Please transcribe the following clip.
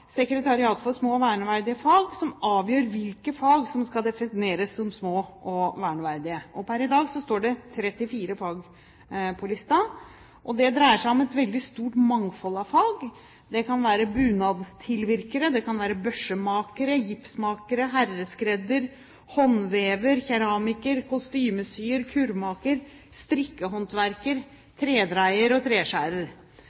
for små og verneverdige fag, som avgjør hvilke fag som skal defineres som små og verneverdige, og per i dag står det 34 fag på lista. Det dreier seg om et veldig stort mangfold av fag. Det kan være bunadstilvirker, børsemaker, gipsmaker, herreskredder, håndvever, keramiker, kostymesyer,